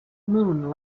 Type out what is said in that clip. moon